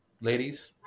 Ladies